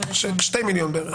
כ-2,000,000 בערך.